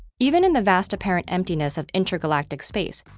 even in the vast apparent emptiness of intergalactic space,